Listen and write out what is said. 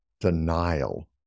denial